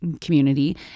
community